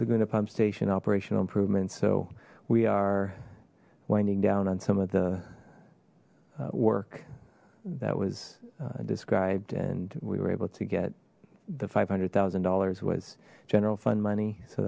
green a pump station operational improvements so we are winding down on some of the work that was described and we were able to get the five hundred thousand dollars was general fund money so